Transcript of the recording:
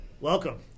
Welcome